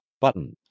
button